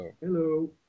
hello